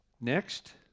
Next